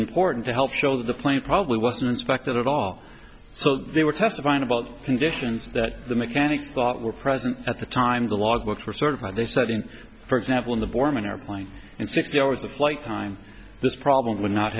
important to help show that the plane probably wasn't affected at all so they were testifying about conditions that the mechanic thought were present at the time the log books were certified a studying for example in the borman airplane and fifty hours of flight time this problem would not